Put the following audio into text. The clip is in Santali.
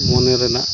ᱢᱚᱱᱮ ᱨᱮᱱᱟᱜ